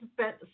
spent